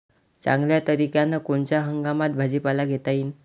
चांगल्या तरीक्यानं कोनच्या हंगामात भाजीपाला घेता येईन?